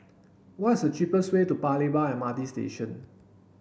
what is the cheapest way to Paya Lebar M R T Station